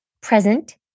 present